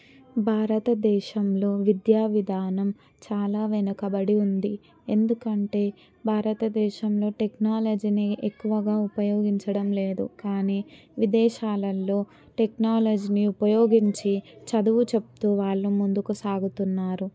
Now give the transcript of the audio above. భారతదేశంలో విద్యా విధానం చాలా వెనుకబడి ఉంది ఎందుకంటే భారతదేశంలో టెక్నాలజీని ఎక్కువగా ఉపయోగించడం లేదు కానీ విదేశాలల్లో టెక్నాలజిని ఉపయోగించి చదువు చెప్తూ వాళ్ళు ముందుకు సాగుతున్నారు